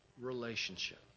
relationship